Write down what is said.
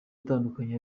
atandukanye